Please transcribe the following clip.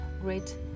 great